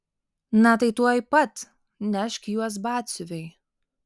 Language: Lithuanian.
na tai tuoj pat nešk juos batsiuviui